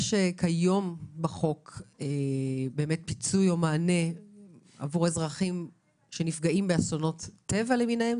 יש כיום בחוק פיצוי או מענה עבור אזרחים שנפגעים באסונות טבע למיניהם?